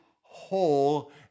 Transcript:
whole